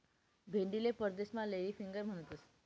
भेंडीले परदेसमा lady finger म्हणतंस